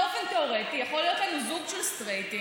באופן תיאורטי יכול להיות זוג של סטרייטים